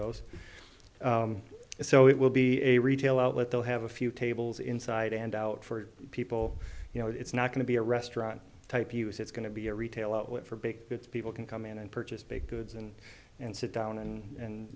those so it will be a retail outlet they'll have a few tables inside and out for people you know it's not going to be a restaurant type use it's going to be a retail outlet for baked goods people can come in and purchase baked goods and and sit down and